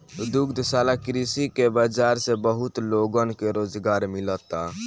दुग्धशाला कृषि के बाजार से बहुत लोगन के रोजगार मिलता